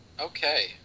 Okay